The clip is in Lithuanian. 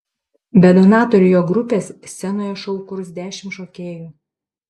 be donato ir jo grupės scenoje šou kurs dešimt šokėjų